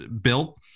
built